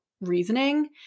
reasoning